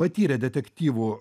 patyrę detektyvų